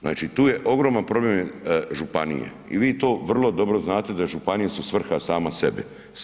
Znači tu je ogroman problem je županije i vi to vrlo dobro znate da županije su svrha same sebi.